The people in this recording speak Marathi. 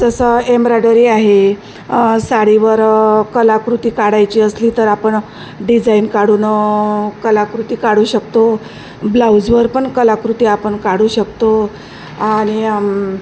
जसं एम्ब्रॉयडरी आहे साडीवर कलाकृती काढायची असली तर आपण डिझाईन काढून कलाकृती काढू शकतो ब्लाऊजवर पण कलाकृती आपण काढू शकतो आणि